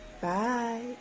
Bye